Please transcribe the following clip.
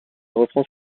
reprend